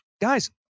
Guys